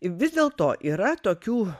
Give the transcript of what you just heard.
vis dėlto yra tokių